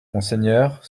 monseigneur